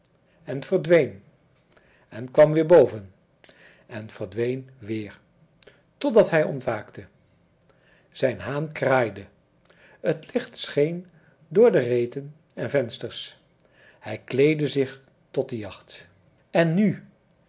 en verdween en kwam weer boven en verdween weer totdat hij ontwaakte zijn haan kraaide het licht scheen door de reten en vensters hij kleedde zich tot de jacht en nu